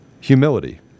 humility